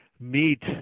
meet